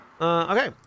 okay